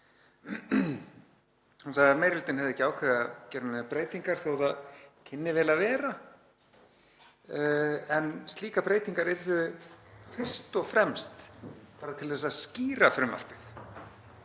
Hún sagði að meiri hlutinn hefði ekki ákveðið að gera neinar breytingar þó að það kynni vel að vera, en slíkar breytingar yrðu fyrst og fremst til að skýra frumvarpið.